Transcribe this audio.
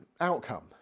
outcome